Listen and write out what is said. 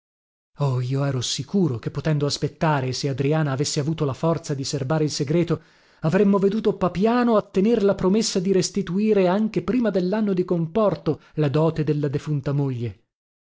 oh io ero sicuro che potendo aspettare e se adriana avesse avuto la forza di serbare il segreto avremmo veduto papiano attener la promessa di restituire anche prima dellanno di comporto la dote della defunta moglie